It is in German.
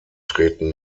treten